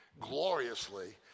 gloriously